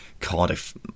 Cardiff